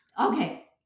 okay